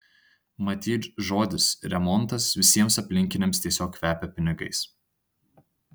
matyt žodis remontas visiems aplinkiniams tiesiog kvepia pinigais